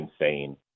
insane